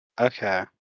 Okay